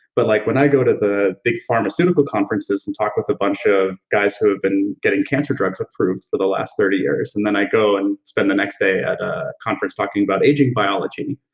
but like, when i go to the big pharmaceutical conferences and talk with a bunch of guys who have been getting cancer drugs approved for the last thirty years, and then i go and spend the next day at a conference talking about aging biology,